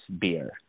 beer